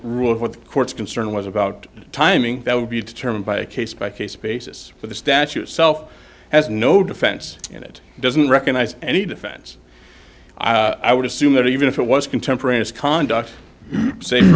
rule what the court's concern was about timing that would be determined by a case by case basis for the statute itself has no defense and it doesn't recognize any defense i would assume that even if it was contemporaneous conduct same